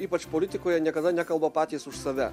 ypač politikoje niekada nekalba patys už save